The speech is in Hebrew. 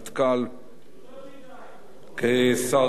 כשר חוץ, כשר ביטחון,